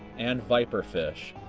and viper fish.